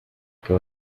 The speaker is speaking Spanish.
que